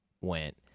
went